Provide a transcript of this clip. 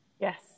Yes